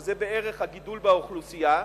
שזה בערך הגידול באוכלוסייה.